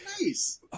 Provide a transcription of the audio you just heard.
Nice